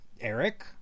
Eric